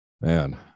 man